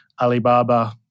Alibaba